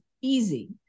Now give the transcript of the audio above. easy